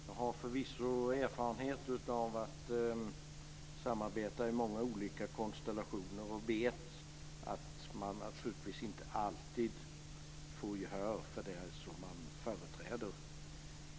Fru talman! Jag har förvisso erfarenhet av att samarbeta i många olika konstellationer och vet att man naturligtvis inte alltid får gehör för det man företräder.